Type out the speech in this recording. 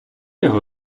його